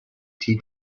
tea